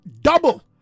double